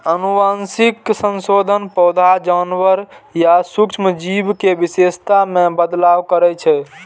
आनुवंशिक संशोधन पौधा, जानवर या सूक्ष्म जीव के विशेषता मे बदलाव करै छै